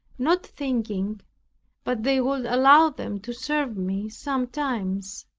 not thinking but they would allow them to serve me sometimes.